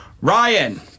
Ryan